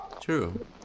True